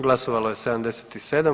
Glasovalo je 77.